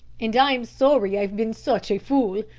and i'm sorry i've been such a fool,